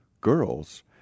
girls